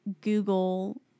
Google